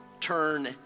turn